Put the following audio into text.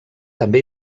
també